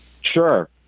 Sure